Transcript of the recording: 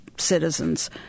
citizens